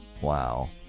Wow